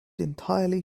entirely